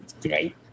great